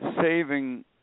saving